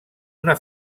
una